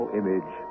image